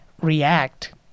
react